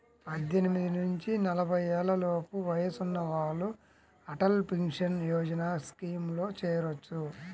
పద్దెనిమిది నుంచి నలభై ఏళ్లలోపు వయసున్న వాళ్ళు అటల్ పెన్షన్ యోజన స్కీమ్లో చేరొచ్చు